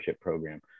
program